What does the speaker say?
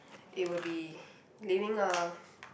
it will be living a